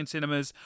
Cinemas